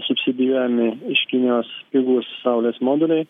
subsidijuojami iš kinijos pigūs saulės moduliai